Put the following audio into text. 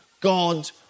God